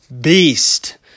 beast